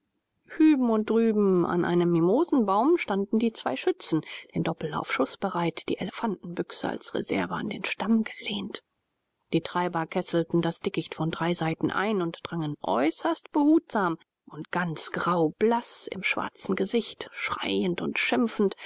hüben und drüben an einem mimosenbaum standen die zwei schützen den doppellauf schußbereit die elefantenbüchse als reserve an den stamm gelehnt die treiber kesselten das dickicht von drei seiten ein und drangen äußerst behutsam und ganz graublaß im schwarzen gesicht schreiend und schimpfend